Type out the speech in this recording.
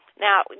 Now